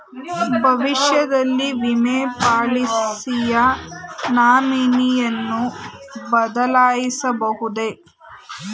ಭವಿಷ್ಯದಲ್ಲಿ ವಿಮೆ ಪಾಲಿಸಿಯ ನಾಮಿನಿಯನ್ನು ಬದಲಾಯಿಸಬಹುದೇ?